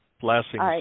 Blessings